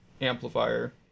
amplifier